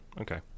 Okay